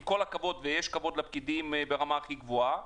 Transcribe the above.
עם כל הכבוד ויש כבוד לפקידים ברמה הכי גבוהה,